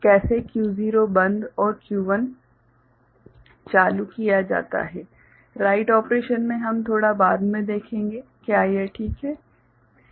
कैसे Q0 बंद और Q1 चालू किया जाता है राइट ऑपरेशन में हम थोड़ा बाद में देखेंगे क्या यह ठीक है सही है